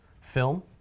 film